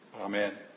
Amen